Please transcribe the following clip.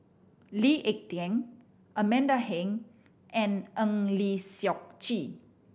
Lee Ek Tieng Amanda Heng and Eng Lee Seok Chee